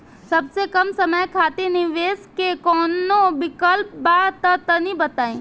सबसे कम समय खातिर निवेश के कौनो विकल्प बा त तनि बताई?